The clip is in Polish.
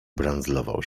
brandzlował